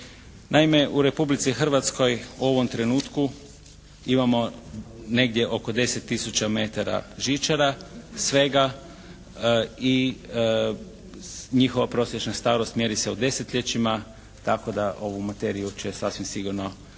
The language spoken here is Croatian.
Naime u Republici Hrvatskoj u ovom trenutku imamo negdje oko 10 tisuća metara žičara svega i njihova prosječna starost mjeri se u desetljećima tako da ovu materiju će sasvim sigurno biti